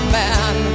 man